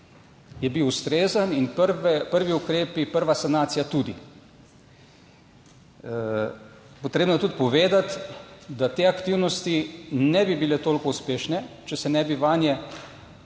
Je bil ustrezen in prvi ukrepi, prva sanacija tudi. Potrebno je tudi povedati, da te aktivnosti ne bi bile toliko uspešne, če se ne bi vanje zelo